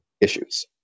issues